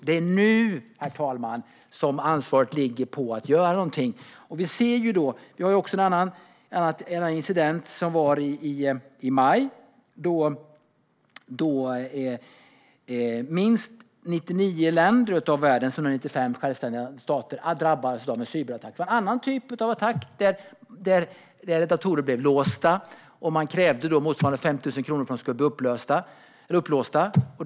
Men nu, herr talman, ligger ansvaret på regeringen att göra någonting. En annan incident skedde i maj. Då drabbades minst 99 av världens 195 självständiga stater av en cyberattack. Detta var en annan typ av attack, där datorer blev låsta och angriparna krävde motsvarande 5 000 kronor för att låsa upp dem.